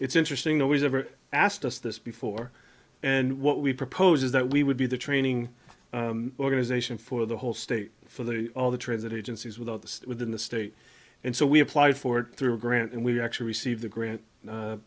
it's interesting that was never asked us this before and what we propose is that we would be the training organization for the whole state for the all the transit agencies without the within the state and so we applied for it through a grant and we actually received the grant